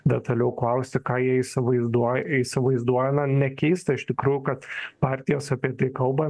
detaliau klausti ką jie įsivaizduo įsivaizduoja na nekeista iš tikrųjų kad partijos apie tai kalba